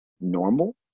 normal